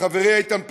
לחברי איתן פרנס,